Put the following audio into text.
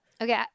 okay